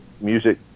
music